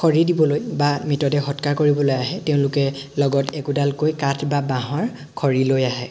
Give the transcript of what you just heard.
খৰি দিবলৈ বা মৃতদেহ সৎকাৰ কৰিবলৈ আহে তেওঁলোকে লগত একোডালকৈ কাঠ বা বাঁহৰ খৰি লৈ আহে